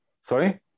Sorry